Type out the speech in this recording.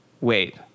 wait